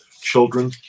children